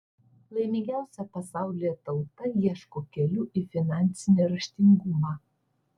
laimingiausia pasaulyje tauta ieško kelių į finansinį raštingumą